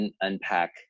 unpack